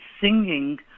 singing